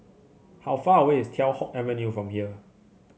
how far away is Teow Hock Avenue from here